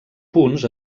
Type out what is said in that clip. punts